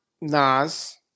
Nas